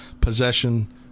possession